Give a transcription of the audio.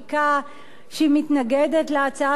שהיא מתנגדת להצעת החוק הזו,